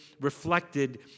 reflected